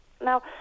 Now